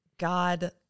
God